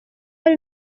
ari